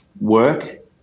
work